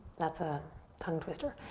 that's a tongue twister.